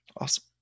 Awesome